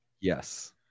Yes